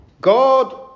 God